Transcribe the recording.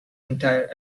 entire